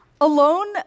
Alone